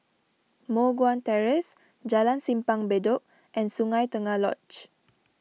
Moh Guan Terrace Jalan Simpang Bedok and Sungei Tengah Lodge